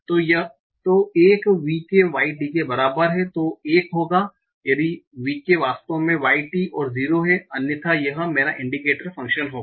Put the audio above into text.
तो 1 v k y t के बराबर है 1 होगा यदि v k वास्तव में y t और 0 है अन्यथा यह मेरा इंडिकेटर फ़ंक्शन होगा